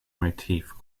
motif